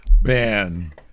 man